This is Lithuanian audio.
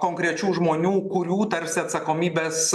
konkrečių žmonių kurių tarsi atsakomybės